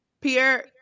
Pierre